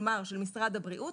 כלומר של משרד הבריאות,